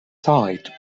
side